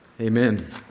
Amen